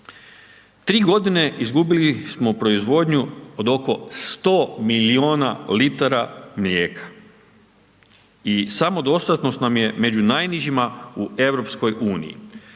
3 g. izgubili smo proizvodnju od oko 100 milijuna litara mlijeka i samodostatnost nam je među najnižima u EU-u.